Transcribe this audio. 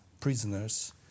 prisoners